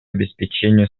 обеспечению